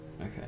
Okay